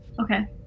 Okay